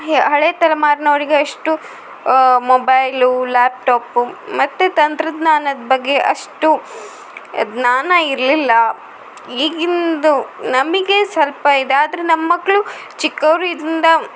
ಹಳೆ ತಲೆಮಾರ್ನವ್ರಿಗೆ ಅಷ್ಟು ಮೊಬೈಲು ಲ್ಯಾಪ್ಟಾಪು ಮತ್ತು ತಂತ್ರಜ್ಞಾನದ ಬಗ್ಗೆ ಅಷ್ಟು ಜ್ಞಾನ ಇರಲಿಲ್ಲ ಈಗಿಂದು ನಮಗೆ ಸ್ವಲ್ಪ ಇದೆ ಆದರೆ ನಮ್ಮ ಮಕ್ಕಳು ಚಿಕ್ಕವ್ರಿಂದ